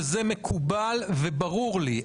וזה מקובל וברור לי.